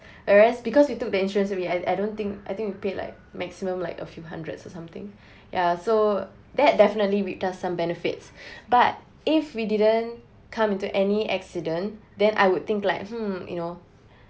whereas because we took that insurance already I I don't think I think we pay like maximum like a few hundreds or something yeah so that definitely reap us some benefits but if we didn't come into any accident then I would think like hmm you know